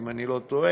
אם אני לא טועה.